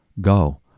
Go